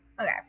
okay